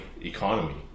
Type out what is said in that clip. economy